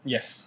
Yes